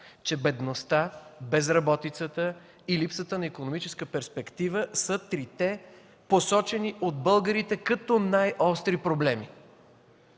че бедността, безработицата и липсата на икономическа перспектива са трите посочени от българите като най-остри проблеми.